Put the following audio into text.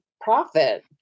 profit